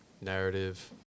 narrative